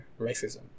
racism